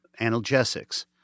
analgesics